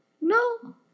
No